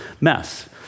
mess